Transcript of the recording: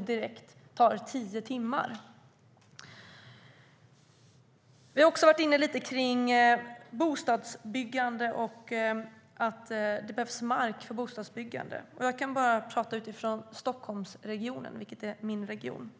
direktbuss i tio timmar till Stockholm.Vi har också varit inne på att det behövs mark för bostadsbyggande. Jag kan bara utgå från Stockholmsregionen som är min hemregion.